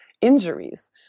injuries